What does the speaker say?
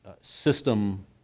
system